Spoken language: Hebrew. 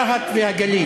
רהט והגליל.